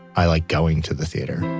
i like going to the theater.